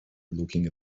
looking